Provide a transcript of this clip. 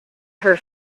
her